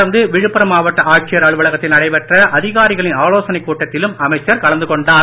தொடர்ந்து விழுப்புரம் மாவட்ட ஆட்சியர் அலுவலத்தில் நடைபெற்ற அதிகாரிகளின் ஆலோசனைக் கூட்டத்திலும் அமைச்சர் கலந்து கொண்டார்